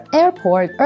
airport